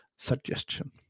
suggestion